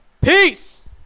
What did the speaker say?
Peace